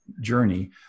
journey